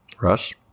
Rush